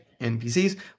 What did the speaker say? NPCs